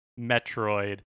Metroid